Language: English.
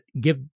give